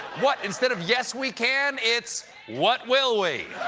what? instead of yes we can, it's what will we?